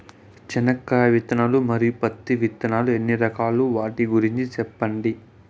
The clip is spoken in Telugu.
చెనక్కాయ విత్తనాలు, మరియు పత్తి విత్తనాలు ఎన్ని రకాలు వాటి గురించి సెప్పండి?